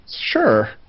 sure